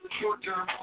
short-term